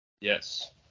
yes